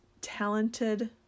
Talented